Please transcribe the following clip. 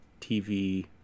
tv